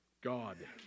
God